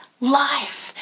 life